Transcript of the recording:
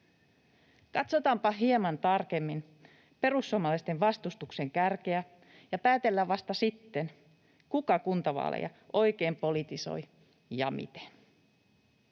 Katsotaanpa hieman tarkemmin perussuomalaisten vastustuksen kärkeä ja päätellään vasta sitten, kuka kuntavaaleja oikein politisoi ja miten.